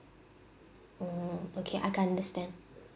mm okay I can understand